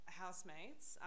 housemates